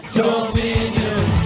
dominion